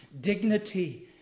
dignity